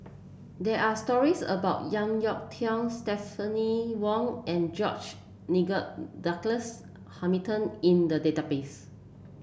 there are stories about JeK Yeun Thong Stephanie Wong and George Nigel Douglas Hamilton in the database